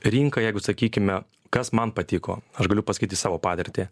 rinka jeigu sakykime kas man patiko aš galiu pasakyti savo patirtį